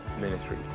ministry